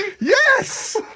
Yes